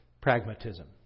pragmatism